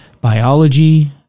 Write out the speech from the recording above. biology